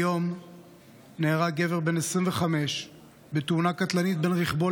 היום נהרג גבר בן 25 בתאונה קטלנית בין רכבו